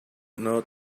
not